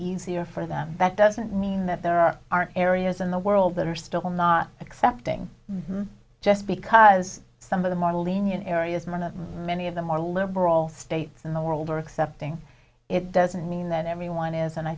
easier for them that doesn't mean that there are aren't areas in the world that are still not accepting just because some of the more lenient areas myrna many of the more liberal states in the world are accepting it doesn't mean that everyone is and i